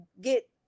get